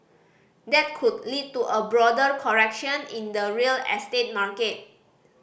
that could lead to a broader correction in the real estate market